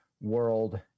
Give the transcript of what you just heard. world